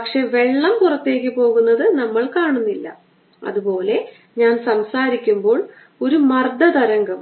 അതിനാൽ മുകളിൽ നിന്ന് നോക്കാം മുകളിൽ നിന്ന് നോക്കിയാൽ